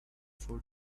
four